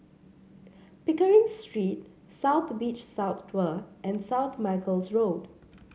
Pickering Street South Beach South and South Michael's Road